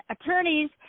attorneys